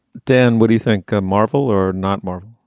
dan, what do you think? ah marvel or not? marvel?